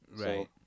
Right